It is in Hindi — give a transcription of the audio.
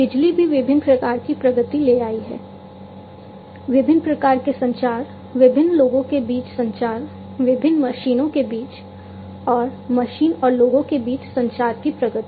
बिजली भी विभिन्न प्रकार की प्रगति ले आई विभिन्न प्रकार के संचार विभिन्न लोगों के बीच संचार विभिन्न मशीनों के बीच और मशीन और लोगों के बीच संचार की प्रगति